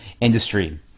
industry